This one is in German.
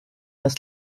das